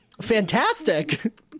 Fantastic